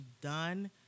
done